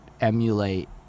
emulate